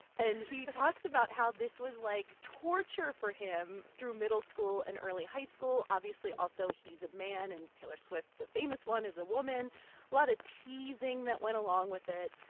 and he talks about how this was, like, torture for him through middle school and early high school. obviously, also, he's a man. and taylor swift, the famous one, is a woman lot of teasing that went along with it.